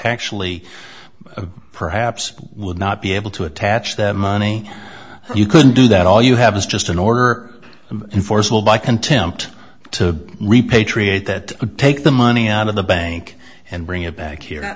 actually perhaps would not be able to attach that money you could do that all you have is just an order in forceful by contempt to repatriate that take the money out of the bank and bring it back here